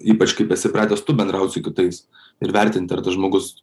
ypač kaip esi pratęs tu bendraut su kitais ir vertinti ar tas žmogus